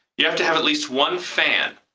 you have to have at least one fan,